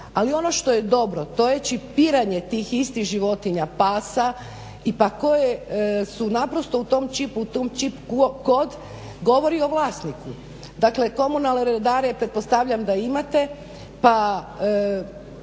Ali ono što je dobro to je čipiranje tih istih životinja pasa koje su naprosto u tom čipu, tom čip kod govori o vlasniku. Dakle, komunalne redare pretpostavljam da imate pa